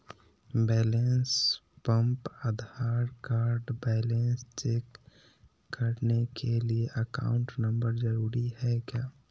Balance pump Aadhaar card balance check करने के लिए अकाउंट नंबर जरूरी है क्या?